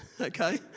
Okay